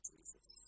Jesus